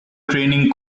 training